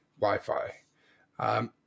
Wi-Fi